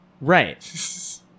Right